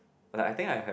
like I think I have